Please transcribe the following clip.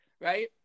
Right